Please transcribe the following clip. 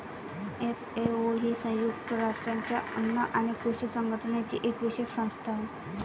FAO ही संयुक्त राष्ट्रांच्या अन्न आणि कृषी संघटनेची एक विशेष संस्था आहे